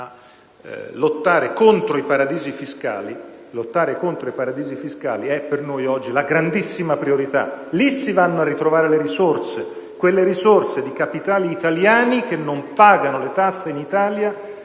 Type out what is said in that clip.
a lottare contro i paradisi fiscali; una lotta che è per noi oggi la grandissima priorità. Lì si vanno a ritrovare le risorse, quelle risorse di capitali italiani su cui non si pagano le tasse in Italia